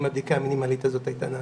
הבדיקה המינימלית הזאת הייתה נעשית.